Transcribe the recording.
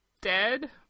dead